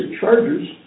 charges